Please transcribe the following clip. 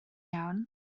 iawn